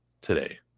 today